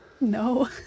No